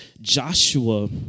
Joshua